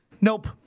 Nope